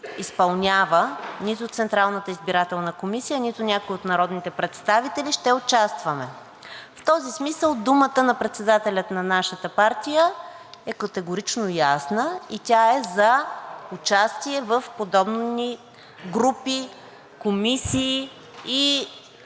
изпълнява – нито Централната избирателна комисия, нито някой от народните представители, ще участваме. В този смисъл думата на председателя на нашата партия е категорично ясна и тя е за участие в подобни групи, комисии и